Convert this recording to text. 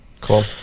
Cool